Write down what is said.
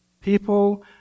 people